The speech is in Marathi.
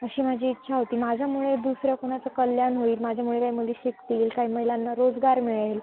अशी माझी इच्छा होती माझ्यामुळे दुसऱ्या कुणाचं कल्याण होईल माझ्यामुळे मुली शिकतील काही महिलांना रोजगार मिळेल